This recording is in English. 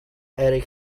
erik